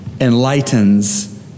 enlightens